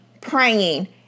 praying